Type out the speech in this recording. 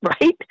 right